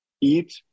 eat